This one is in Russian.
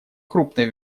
крупной